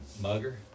mugger